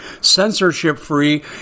censorship-free